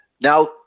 Now